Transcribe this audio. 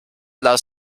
las